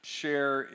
share